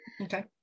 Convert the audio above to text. Okay